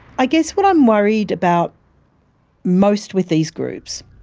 i guess what i'm worried about most with these groups